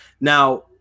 Now